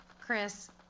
Chris